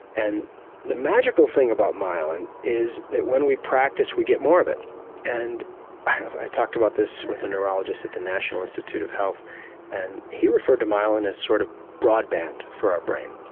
and the magical thing about myelin is that when we practice we get more of it and i talked about this with a neurologist at the national institute of health and he referred to myelin as sort of broadband for our brain.